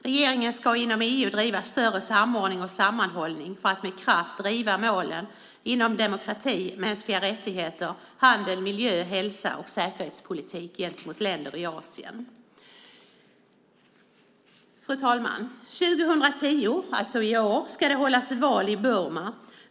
Regeringen ska inom EU driva större samordning och sammanhållning för att med kraft driva målen inom demokrati, mänskliga rättigheter, handel, miljö, hälsa och säkerhetspolitik gentemot länder i Asien. Fru talman! I år, 2010, ska det hållas val i Burma.